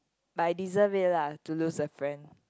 but I deserve lah to lose a friend